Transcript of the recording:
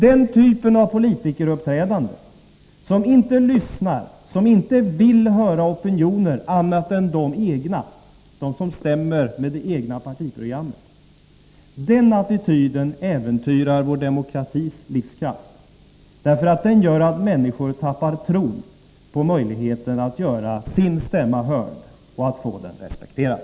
Den typen av politikeruppträdande, där man inte lyssnar, inte vill höra opinioner annat än dem som överensstämmer med det egna partiprogrammet, äventyrar vår demokratis livskraft. Den attityden gör att människor tappar tron på möjligheten att göra sin stämma hörd och att få den respekterad.